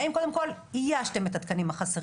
האם קודם כל איישתם את התקנים החסרים?